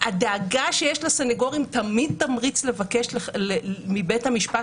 הדאגה שיש לסנגורים תמיד תמריץ לבקש מבית המשפט